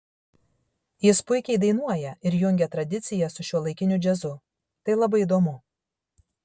jis puikiai dainuoja ir jungia tradiciją su šiuolaikiniu džiazu tai labai įdomu